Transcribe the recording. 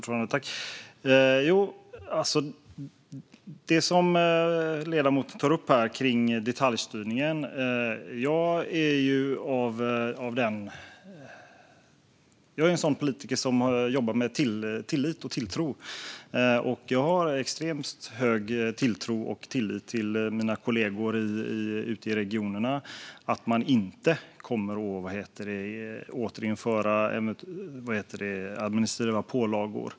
Fru talman! Vad gäller detaljstyrning är jag en sådan politiker som jobbar med tillit och tilltro, och jag har extremt stor tillit och tilltro till att mina kollegor ute i regionerna inte kommer att återinföra administrativa pålagor.